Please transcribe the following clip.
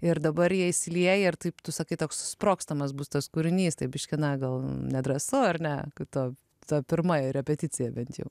ir dabar jie įsilieja ir taip tu sakai toks sprogstamas bus tas kūrinys tai biškį na gal nedrąsu ar ne kaip tu tą pirmąją repeticiją vedžiau